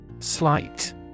slight